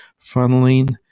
funneling